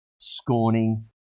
scorning